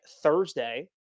Thursday